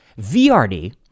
VRD